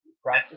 practice